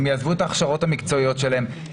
הם יעזבו את ההכשרות המקצועיות שלהם.